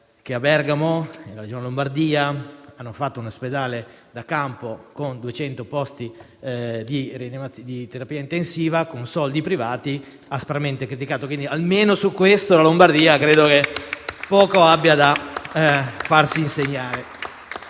che a Bergamo, nella Regione Lombardia, si è fatto un ospedale da campo con 200 posti di terapia intensiva con soldi privati e che è stato aspramente criticato. Almeno su questo la Lombardia credo abbia poco da farsi insegnare.